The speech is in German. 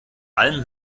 alm